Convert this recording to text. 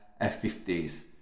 F50s